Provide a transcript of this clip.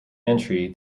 entry